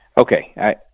Okay